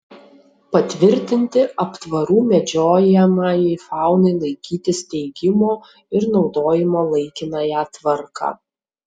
patvirtinti aptvarų medžiojamajai faunai laikyti steigimo ir naudojimo laikinąją tvarką